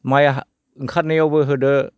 माइ हा ओंखारनायावबो होदो